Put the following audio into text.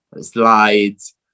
Slides